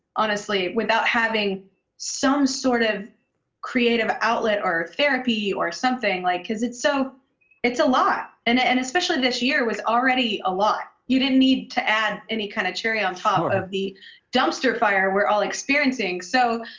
honestly without having some sort of creative outlet or therapy or something. like, cause it's so it's a lot. and and especially this year was already a lot. you didn't need to add any kind of cherry on top of the dumpster fire we're all experiencing. so,